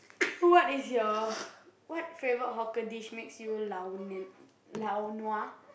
what is your what favourite hawker dish makes you lao nua